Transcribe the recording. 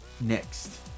next